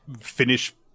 finish